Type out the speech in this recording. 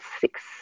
six